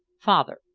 father,